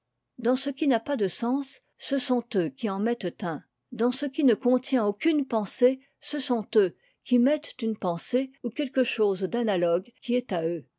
dans ce qui n'a pas de sens ce sont eux qui en mettent un dans ce qui ne contient aucune pensée ce sont eux qui mettent une pensée ou quelque chose d'analogue qui est à eux